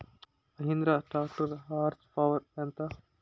Mahindra tractor horse power ఎంత?